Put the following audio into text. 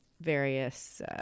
various